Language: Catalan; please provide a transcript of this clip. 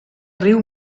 riu